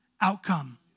outcome